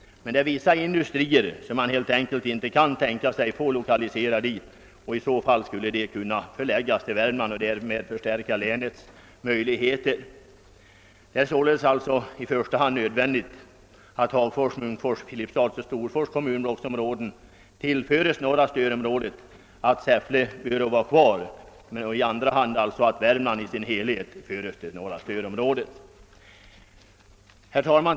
Men vissa industrier kan inte förläggas till skogsoch mellanbygden. Dessa industrier skulle emellertid räddas till länet, om hela Värmland tilihörde norra stödområdet och industri kunde förläggas dit. Det är således i första hand nödvändigt att Hagfors, Munkfors, Filipstads och Storfors kommunblocksområden tillförs norra stödområdet och att Säffle får vara kvar där. I andra hand är det önskvärt att även Värmland som helhet förs till detta stödområde. Herr talman!